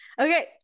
Okay